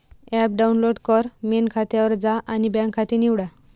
app download कर, मेन खात्यावर जा आणि बँक खाते निवडा